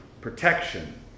protection